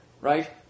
right